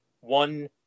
one